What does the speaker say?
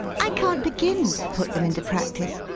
i can't begin to put them into practice.